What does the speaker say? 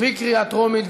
בקריאה טרומית.